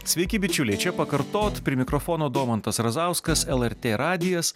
sveiki bičiuliai čia pakartot prie mikrofono domantas razauskas lrt radijas